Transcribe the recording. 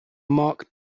mark